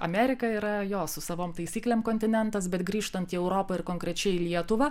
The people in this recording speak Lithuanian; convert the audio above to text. amerika yra jo su savom taisyklėm kontinentas bet grįžtant į europą ir konkrečiai į lietuva